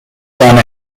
seine